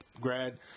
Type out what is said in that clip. Grad